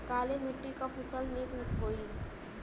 काली मिट्टी क फसल नीक होई?